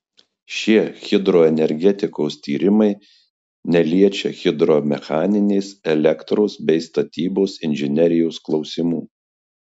šie hidroenergetikos tyrimai neliečia hidromechaninės elektros bei statybos inžinerijos klausimų